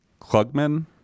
Klugman